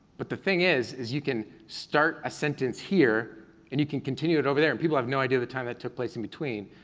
but the thing is, is you can start a sentence here and you can continue it over there, and people have no idea of the time that took place in between,